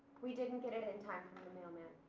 we didn't get it in time from the mailman.